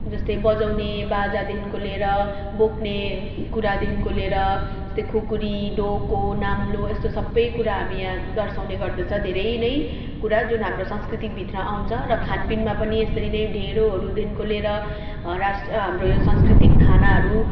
जस्तै बजाउने बाजादेखिको लिएर बोक्ने कुरादेखिको लिएर यस्तै खुकुरी डोको नाम्लो यस्तो सबै कुरा हामी यहाँ दर्शाउने गर्दछ धेरै नै कुरा जुन हाम्रो संस्कृति भित्र आउँछ र खानपिनमा पनि यसरी नै ढिँडोहरूदेखिको लिएर रास हाम्रो यो सांस्कृतिक खानाहरू